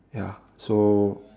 ya so